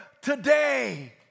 today